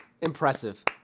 Impressive